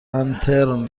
انترن